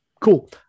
Cool